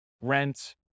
rent